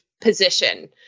position